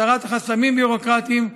הסרת חסמים ביורוקרטיים,